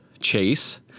chase